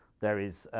there is,